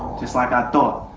just like i thought.